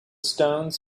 stones